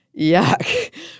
Yuck